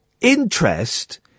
interest